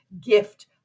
gift